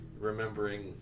remembering